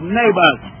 neighbors